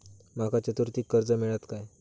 माका चतुर्थीक कर्ज मेळात काय?